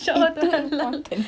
itu important